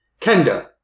Kenda